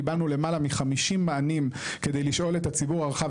קיבלנו למעלה מחמישים מענים כדי לשאול את הציבור הרחב,